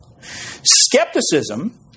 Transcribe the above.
Skepticism